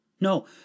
No